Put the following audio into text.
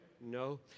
no